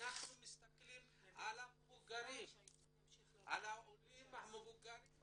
אב אנחנו מסתכלים על העולים הוותיקים המבוגרים.